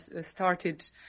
started